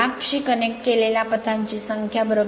lap शी connect केलेल्या पथांची संख्या no